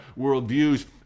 worldviews